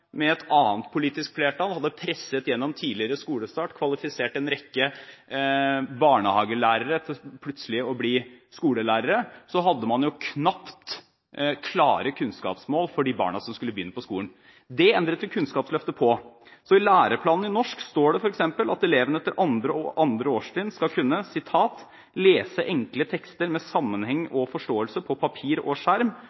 med et annet politisk flertall presset gjennom tidligere skolestart og kvalifiserte en rekke barnehagelærere til plutselig å bli skolelærere – hadde man knapt klare kunnskapsmål for de barna som skulle begynne på skolen. Det endret Kunnskapsløftet på. Så i læreplanen i norsk står det f.eks. at elevene etter 2. årstrinn skal kunne «lese enkle tekster med sammenheng